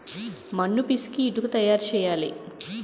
మన్ను పిసికి ఇటుక తయారు చేయాలి